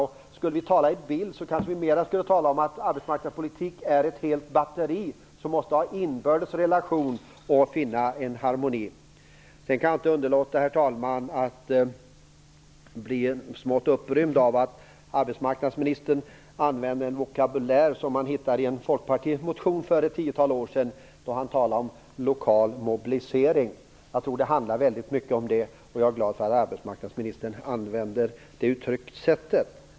Om vi skall tala i bilder kanske vi skall tala om att arbetsmarknadspolitik är ett helt batteri som måste ha inbördes relation och finna en harmoni. Jag kan inte underlåta, herr talman, att bli smått upprymd av att arbetsmarknadsministern använder en vokabulär som man hittade i en Folkpartimotion som kom för ett tiotal år sedan då han talar om lokal mobilisering. Jag tror att det handlar väldigt mycket om det, och jag är glad att arbetsmarknadsministern använder det uttryckssättet.